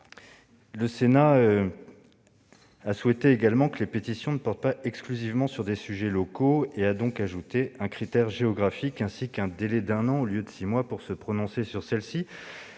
Le Sénat a souhaité également que les pétitions ne portent pas exclusivement sur des sujets locaux. Il a ajouté un critère géographique et porté de six mois à un an le délai pour se prononcer sur celles-ci.